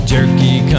Jerky